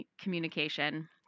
communication